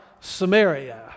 Samaria